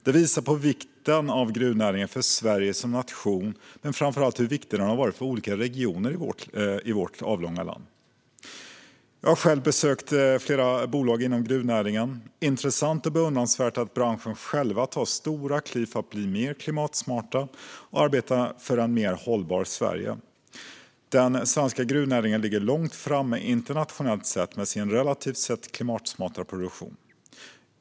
Detta visar på vikten av gruvnäringen för Sverige som nation men framför allt hur viktig den har varit för olika regioner i vårt avlånga land. Jag har själv besökt flera bolag inom gruvnäringen. Intressant och beundransvärt är att branschen själv tar stora kliv för att bli mer klimatsmart och arbeta för ett mer hållbart Sverige. Den svenska gruvnäringen ligger långt framme internationellt sett med sin relativt sett klimatsmarta produktion.